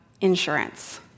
insurance